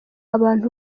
abana